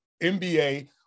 NBA